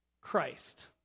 Christ